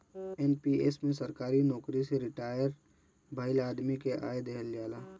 NPS में सरकारी नोकरी से रिटायर भईल आदमी के आय देहल जाला